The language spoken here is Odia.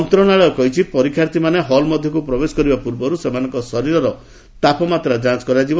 ମନ୍ତ୍ରଣାଳୟ କହିଛି ପରୀକ୍ଷାର୍ଥୀମାନେ ହଲ୍ ମଧ୍ୟକୁ ପ୍ରବେଶ କରିବା ପୂର୍ବରୁ ସେମାନଙ୍କ ଶରୀରର ତାପମାତ୍ରା ଯାଞ୍ଚ କରାଯିବ